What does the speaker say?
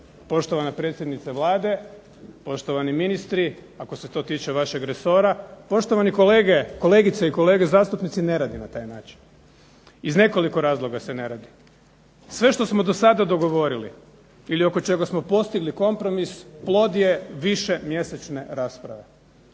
poštovana predsjednice Vlade, poštovani ministri, ako se to tiče vašeg resora, poštovane kolegice i kolege zastupnici, ne radi na taj način. Iz nekoliko razloga se ne radi. Sve što smo do sada dogovorili ili oko čega smo postigli kompromis plod je višemjesečne rasprave,